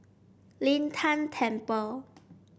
Lin Tan Temple